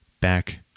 back